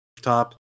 top